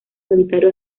solitario